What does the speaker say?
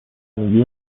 میگی